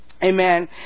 Amen